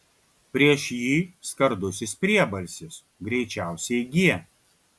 prieš jį skardusis priebalsis greičiausiai g